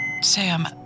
Sam